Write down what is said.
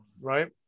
right